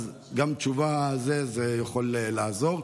אז גם תשובה, זה יכולה לעזור.